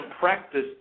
practice